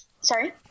Sorry